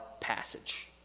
passage